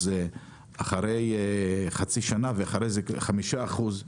אחרי חצי שנה ואחר כך 5 אחוזים,